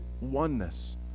oneness